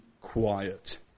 quiet